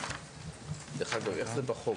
איך זה בחוק?